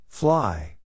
Fly